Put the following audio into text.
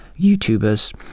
youtubers